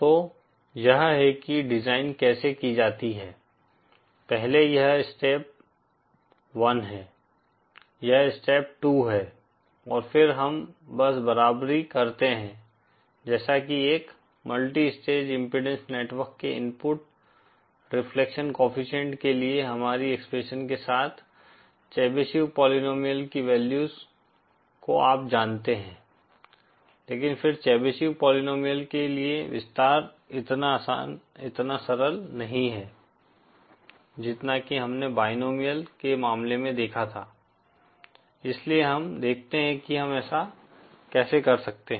तो यह है कि डिजाइन कैसे की जाती है पहले यह स्टेप 1 है यह स्टेप 2 है और फिर हम बस बराबरी करते हैं जैसा की एक मल्टी स्टेज इम्पीडेन्स नेटवर्क के इनपुट रिफ्लेक्शन कोएफ़िशिएंट के लिए हमारी एक्सप्रेशन के साथ चेबिशेव पोलीनोमिअल की वैल्यूज को आप जानते हैं लेकिन फिर चेबीशेव पोलीनोमिअल के लिए विस्तार इतना सरल नहीं है जितना कि हमने बायनोमिअल के मामले में देखा था इसलिए हम देखते हैं कि हम ऐसा कैसे कर सकते हैं